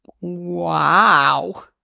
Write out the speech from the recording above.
Wow